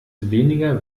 weniger